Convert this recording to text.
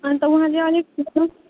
अन्त उहाँ चाहिँ अलिक ठिक छ